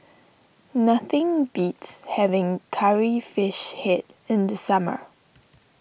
nothing beats having Curry Fish Head in the summer